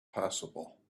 possible